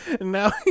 Now